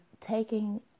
taking